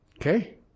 Okay